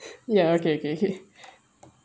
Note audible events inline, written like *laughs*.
ya okay okay okay *laughs*